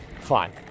Fine